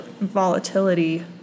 volatility